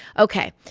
ok.